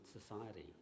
society